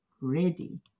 ready